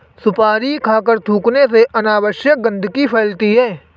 सुपारी खाकर थूखने से अनावश्यक गंदगी फैलती है